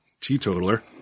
Teetotaler